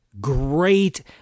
great